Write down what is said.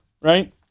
right